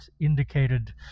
indicated